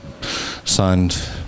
signed